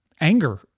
anger